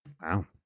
Wow